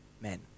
men